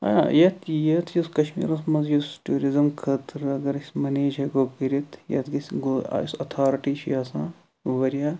آ یتھ یتھ یُس کَشمیٖرس مَنٛز یُس ٹیٛوٗرِزِٕم خٲطرٕ اگر أسۍ مَنیج ہیٚکو کٔرِتھ یتھ گَژھِ گو یُس اَتھارٹی چھِ آسان واریاہ